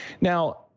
now